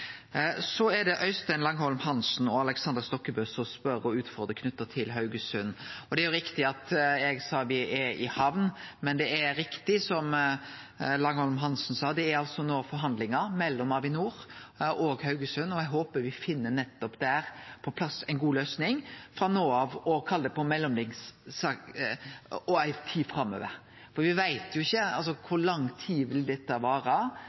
Så er det Øystein Langholm Hansen og Aleksander Stokkebø, som spør og utfordrar knytt til Haugesund. Det er riktig at eg sa at det er i hamn, men det er riktig som Langholm Hansen sa: Det er no forhandlingar mellom Avinor og Haugesund, og eg håpar me der får på plass ei god løysing frå no av og ei tid framover. Me veit jo ikkje kor lang tid dette